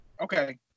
Okay